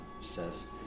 says